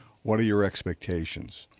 what are your expectations?